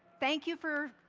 thank you for